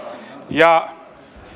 ja